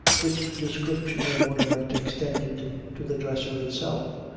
which description of ornament extended to the dresser itself,